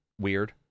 weird